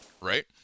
right